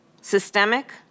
Systemic